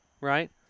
right